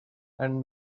and